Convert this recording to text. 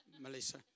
Melissa